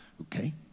Okay